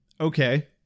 okay